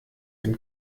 dem